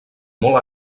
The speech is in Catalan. molt